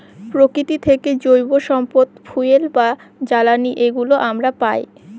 প্রকৃতি থেকে জৈব সম্পদ ফুয়েল বা জ্বালানি এগুলো আমরা পায়